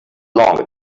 longer